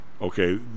okay